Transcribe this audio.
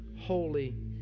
holy